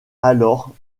alors